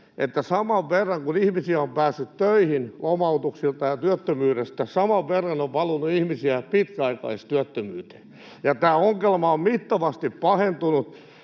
sitä, että ihmisiä on päässyt töihin lomautuksilta ja työttömyydestä saman verran kuin on valunut pitkäaikaistyöttömyyteen. Tämä ongelma on mittavasti pahentunut,